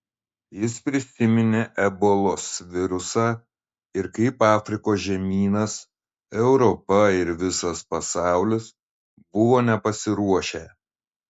jis prisiminė ebolos virusą ir kaip afrikos žemynas europa ir visas pasaulis buvo nepasiruošę